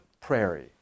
prairie